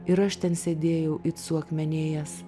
ir aš ten sėdėjau it suakmenėjęs